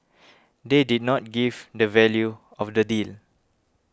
they did not give the value of the deal